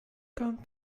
come